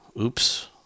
Oops